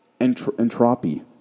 entropy